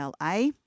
la